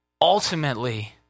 ultimately